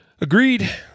Agreed